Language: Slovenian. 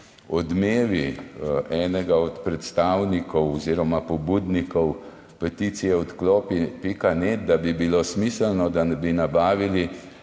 Odmevi enega od predstavnikov oziroma pobudnikov peticije Odklopi.net, da bi bilo smiselno, da bi nabavili